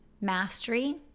Mastery